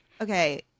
okay